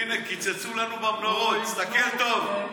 הינה, קיצצו לנו במנורות, תסתכל טוב.